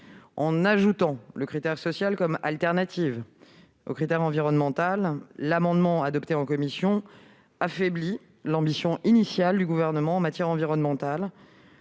En ajoutant le critère social comme alternative au critère environnemental, l'amendement adopté en commission affaiblit l'ambition initiale du Gouvernement en matière environnementale.